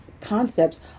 concepts